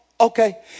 Okay